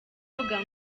avuga